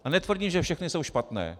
A netvrdím, že všechny jsou špatné.